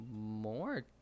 more